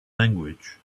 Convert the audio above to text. language